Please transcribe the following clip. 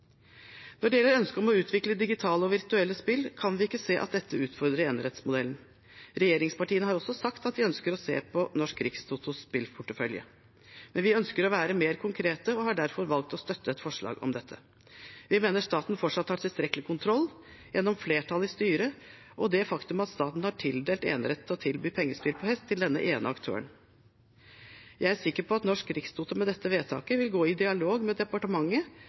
Når det gjelder ønsket om å utvikle digitale og virtuelle spill, kan vi ikke se at dette utfordrer enerettsmodellen. Regjeringspartiene har sagt at de ønsker å se på Norsk Rikstotos spillportefølje, men vi ønsker å være mer konkrete og har derfor valgt å støtte et forslag om dette. Vi mener staten fortsatt har tilstrekkelig kontroll gjennom flertall i styret og det faktum at staten har tildelt enerett til å tilby pengespill på hest til denne ene aktøren. Jeg er sikker på at Norsk Rikstoto med dette vedtaket vil gå i dialog med departementet